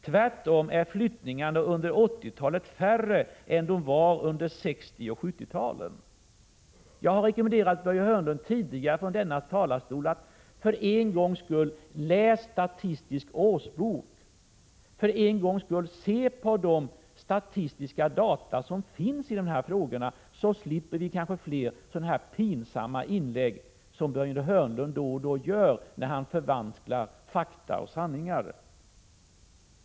Tvärtom är flyttningarna under 1980-talet färre än de var under 1960 och 1970-talen. Jag har tidigare från kammarens talarstol rekommenderat Börje Hörnlund att för en gångs skull läsa Statistisk årsbok. Se på de statistiska data som finns i de här frågorna, så slipper ni kanske göra fler sådana pinsamma inlägg som Börje Hörnlund då och då brukar göra och förvanska fakta och sanningar!